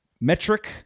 metric